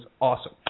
awesome